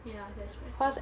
ya that's better